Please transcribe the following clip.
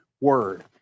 word